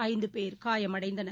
ஐந்து பேர் காயமடைந்தனர்